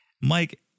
Mike